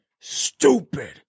stupid